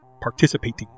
participating